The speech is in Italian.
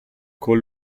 con